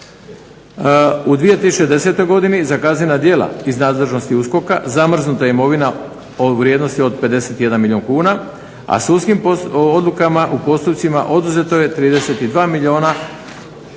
U 2010. godini za kaznena djela iz nadležnosti USKOK-a zamrznuta je imovina u vrijednosti od 51 milijun kuna, a sudskim odlukama u postupcima oduzeto je 32 milijuna